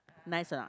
nice or not